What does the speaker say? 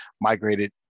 migrated